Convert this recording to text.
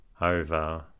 over